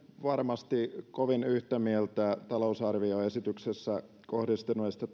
varmasti kovin yhtä mieltä talousarvioesityksessä kohdistetuista